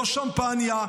לא שמפניה,